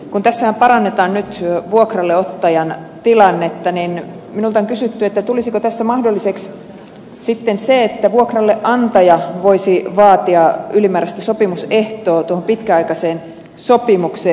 kun tässähän parannetaan nyt vuokralleottajan tilannetta niin minulta on kysytty tulisiko tässä mahdolliseksi se että vuokralleantaja voisi vaatia ylimääräistä sopimusehtoa tuohon pitkäaikaiseen sopimukseen